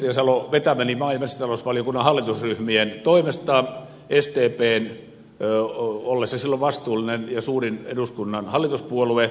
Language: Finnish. mauri salo vetämäni maa ja metsätalousvaliokunnan hallitusryhmien toimesta sdpn ollessa silloin vastuullinen ja suurin eduskunnan hallituspuolue